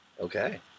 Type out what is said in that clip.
Okay